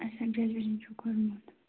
اچھا گریجویشن چھو کوٚرمُت